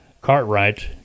Cartwright